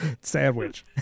sandwich